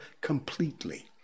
completely